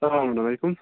السلامُ علیکُم